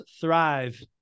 thrive